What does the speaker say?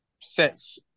sets